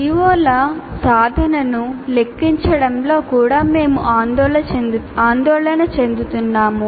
CO ల సాధనను లెక్కించడంలో కూడా మేము ఆందోళన చెందుతున్నాము